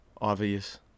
Obvious